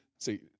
See